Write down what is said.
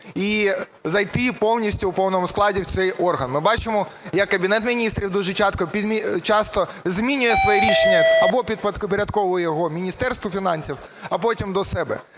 і зайти повністю в повному складі в цей орган. Ми бачимо, як Кабінет Міністрів дуже часто змінює своє рішення: або підпорядковує його Міністерству фінансів, а потім до себе.